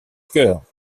chœurs